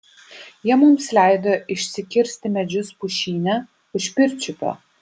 jie mums leido išsikirsti medžius pušyne už pirčiupio